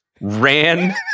ran